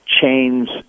chains